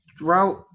route